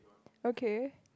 okay